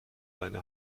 leine